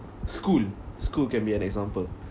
school school can be an example